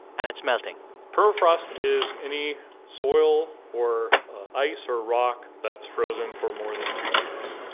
and it's melting permafrost is any soil or ice or rock that's frozen for more than two years,